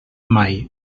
mai